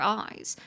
eyes